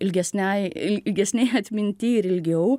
ilgesniąja ilgesnėj atminty ir ilgiau